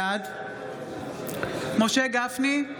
בעד משה גפני,